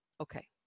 okay